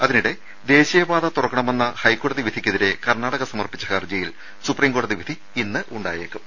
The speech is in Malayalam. അതിനിടെ ദേശീയപാത തുറക്കണമെന്ന ഹൈക്കോടതി വിധിക്കെതിരെ കർണാടക സമർപ്പിച്ച ഹർജിയിൽ സുപ്രീംകോടതി വിധി ഇന്നുണ്ടായേക്കും